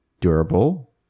durable